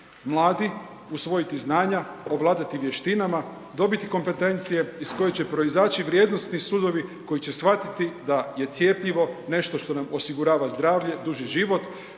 mladi usvojiti znanja, ovladati vještinama, dobiti kompetencije iz kojih će proizaći vrijednosni sudovi koji će shvatiti da je cjepivo nešto što nam osigurava zdravlje, duži život,